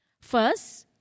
first